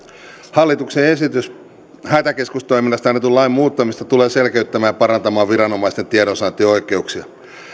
hallituksen esitys hätäkeskustoiminnasta annetun lain muuttamisesta tulee selkeyttämään ja parantamaan viranomaisten tiedonsaantioikeuksia